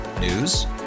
News